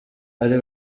ari